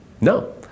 No